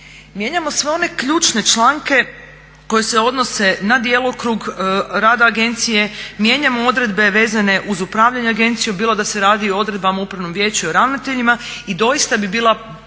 Mijenjamo sve one ključne članke koji se odnosi na djelokrug rada agencije, mijenjamo odredbe vezane uz upravljanje agencijom bilo da se radi o odredbama, upravom vijeću i o ravnateljima i doista bi bila